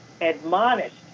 admonished